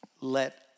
let